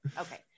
Okay